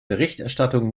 berichterstattung